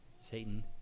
Satan